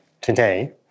today